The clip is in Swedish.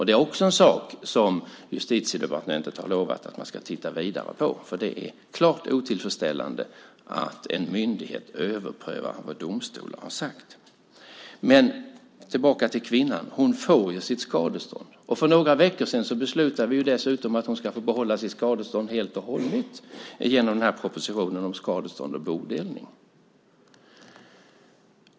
Detta är också något som man på Justitiedepartementet har lovat att man ska titta vidare på. Det är klart otillfredsställande att en myndighet överprövar vad domstolar har sagt. Men kvinnan får sitt skadestånd. För några veckor sedan beslutade vi dessutom att hon ska få behålla skadeståndet helt och hållet i och med att vi biföll propositionen om skadestånd och bodelning.